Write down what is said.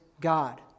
God